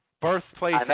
birthplace